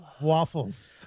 waffles